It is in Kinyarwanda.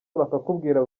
bakakubwira